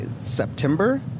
September